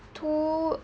two